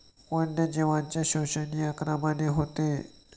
वन्यजीवांचे शोषण या क्रमाने होते